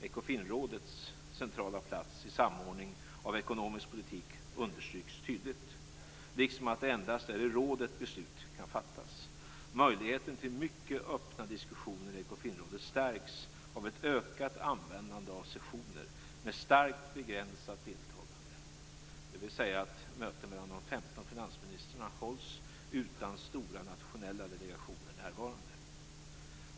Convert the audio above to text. Ekofinrådets centrala plats i samordning av ekonomisk politik understryks tydligt, liksom att det endast är i rådet som beslut kan fattas. Möjligheten till mycket öppna diskussioner i Ekofinrådet stärks av ett ökat användande av sessioner med starkt begränsat deltagande, dvs. att möten med de 15 finansministrarna hålls utan stora nationella delegationer närvarande.